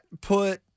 put